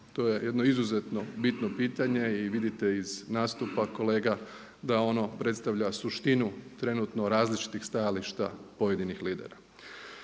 To je jedno izuzetno bitno pitanje i vidite iz nastupa kolega da ono predstavlja suštinu trenutno različitih stajališta pojedinih lidera.